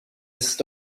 ist